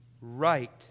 right